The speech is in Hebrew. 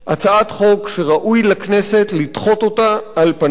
הצעת חוק שראוי לכנסת לדחות אותה על פניה.